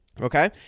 okay